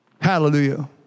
Hallelujah